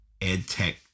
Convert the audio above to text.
EdTech